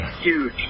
huge